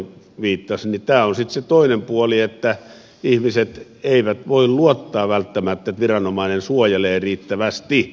tämä on sitten se toinen puoli että ihmiset eivät voi luottaa välttämättä että viranomainen suojelee riittävästi